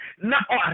no